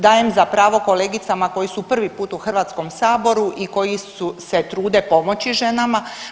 Dajem za pravo kolegicama koje su prvi put u Hrvatskom saboru i koje se trude pomoći ženama.